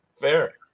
fair